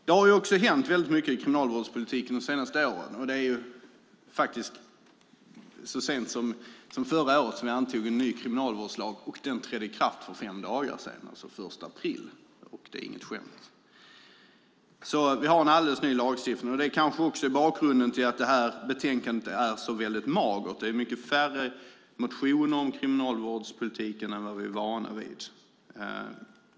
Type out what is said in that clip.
Det har hänt mycket i kriminalvårdspolitiken de senaste åren. Det var så sent som förra året vi antog en ny kriminalvårdslag, och den trädde i kraft för fem dagar sedan, alltså den 1 april. Det är inget skämt. Vi har alltså en alldeles ny lagstiftning, och det kanske också är bakgrunden till att det här betänkandet är så magert. Det är mycket färre motioner om kriminalvårdspolitiken än vad vi är vana vid.